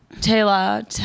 Taylor